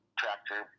tractor